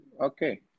Okay